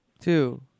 two